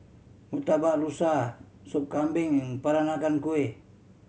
Murtabak Rusa Sop Kambing and Peranakan Kueh